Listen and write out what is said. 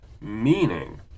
meaning